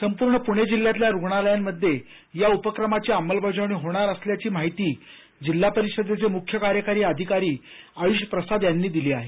संपूर्ण पूणे जिल्ह्यातल्या रुग्णालयांमध्ये या उपक्रमाची अंमलबजावणी होणार असल्याची माहिती जिल्हा परिषदेचे मुख्य कार्यकारी अधिकारी आयूष प्रसाद यांनी दिली आहे